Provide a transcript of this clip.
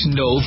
no